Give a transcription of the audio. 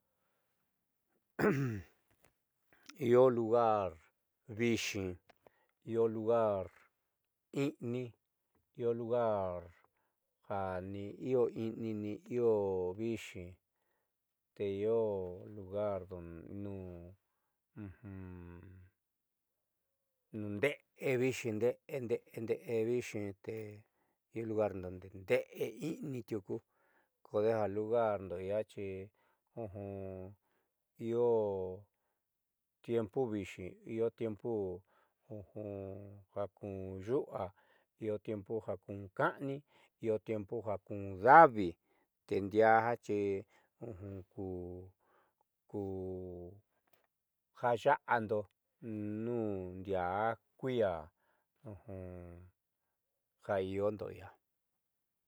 Io lugar v'ixi io lugar i'ini io lugar jani io i'ini jani io v'ixi te io lugar nundiee nde'ende'e vi'ixi te in lugar nun nde'e nde'e i'ini tiuku kodeja lugarndo io tiempo vii'xi io tiempo ja kun yu'va io tiempo ja kun ka'ani io tiempo ja kun davi te ndiaa xi kuja ya'ando nuun ndiaa kui'ia ja iiondo i'ia